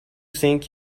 think